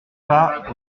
spa